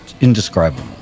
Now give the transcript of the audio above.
indescribable